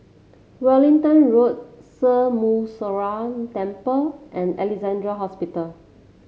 Wellington Road Sri Muneeswaran Temple and Alexandra Hospital